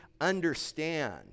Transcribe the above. understand